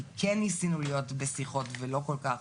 כי כן ניסינו להיות בשיחות ולא כל כך